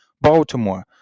baltimore